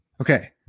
Okay